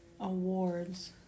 awards